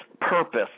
purpose